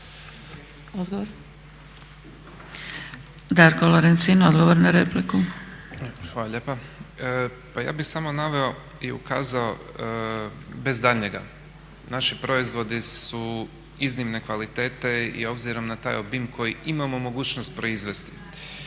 odgovor na repliku. **Lorencin, Darko (IDS)** Hvala lijepa. Pa ja bih samo naveo i ukazao bez daljnjega naši proizvodi su iznimne kvalitete i obzirom na taj obim koji imamo mogućnost proizvesti.